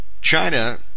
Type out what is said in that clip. China